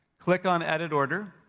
click on edit order,